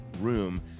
room